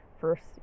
first